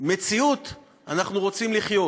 מציאות אנחנו רוצים לחיות.